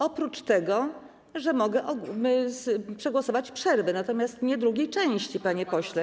Oprócz tego, że mogę przegłosować przerwę, natomiast drugiej części nie, panie pośle.